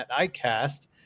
ICAST